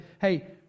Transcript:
Hey